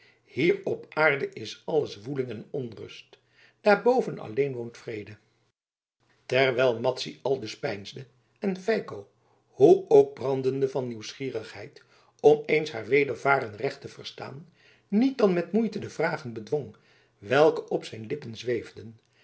hier op aarde is alles woeling en onrust daarboven alleen woont vrede terwijl madzy aldus peinsde en feiko hoe ook brandende van nieuwsgierigheid om eens haar wedervaren recht te verstaan niet dan met moeite de vragen bedwong welke op zijn lippen zweefden